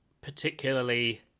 particularly